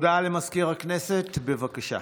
הודעה למזכיר הכנסת, בבקשה.